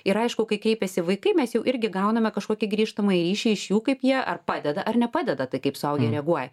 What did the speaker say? ir aišku kai kreipiasi vaikai mes jau irgi gauname kažkokį grįžtamąjį ryšį iš jų kaip jie ar padeda ar nepadeda tai kaip suaugę reaguoja